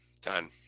Done